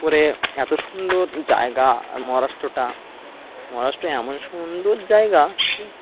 করে এত সুন্দর জায়গা মহারাষ্ট্রটা মহারাষ্ট্র এমন সুন্দর জায়গা